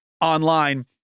online